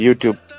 YouTube